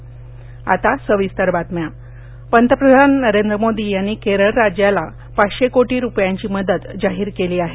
केरळ मदतः पंतप्रधान नरेंद्र मोदी यांनी केरळ राज्याला पाचशे कोटी रुपयांची मदत जाहीर केली आहे